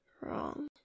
wrong